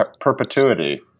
perpetuity